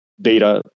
data